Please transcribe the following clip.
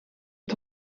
het